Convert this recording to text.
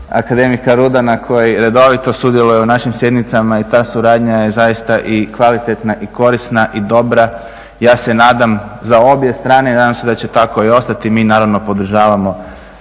akademika Rudana koji redovito sudjeluje u našim sjednicama i ta suradnja je zaista i kvalitetna i korisna i dobra. Ja se nadam za obje strane, nadam se da će tako i ostati. Mi naravno podržavamo